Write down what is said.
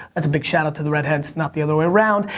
that's a big shout out to the redheads, not the other way around.